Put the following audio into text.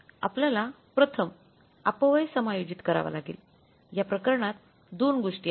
आपल्याला प्रथम अपव्यय समायोजित करावा लागेल या प्रकरणात दोन गोष्टी आहेत